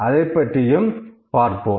அதைப் பற்றியும் பார்ப்போம்